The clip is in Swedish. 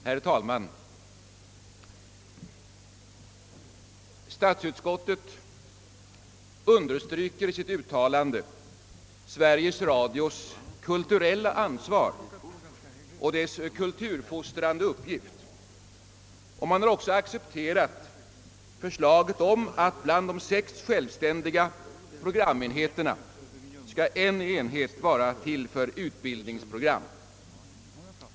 Herr talman! Statsutskottet understryker i sitt utlåtande Sveriges Radios kulturella ansvar och dess kulturfostrande uppgift. Utskottet har också accepterat förslaget om att av de sex självständiga programenheterna en skall vara till för utbildningsprogram.